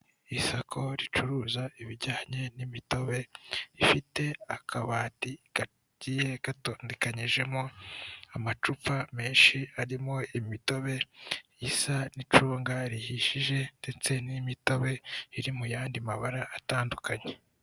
Isoko ricuruza ibijyanye n'imitobe ifite akabati kagiye gatondeganyijemo amacupa menshi arimo imitobe, isa n'icunga rihishije ndetse n'imitobe iri mu yandi mabara atandukanye.